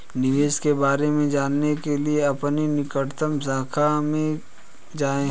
निवेश के बारे में जानने के लिए अपनी निकटतम शाखा में जाएं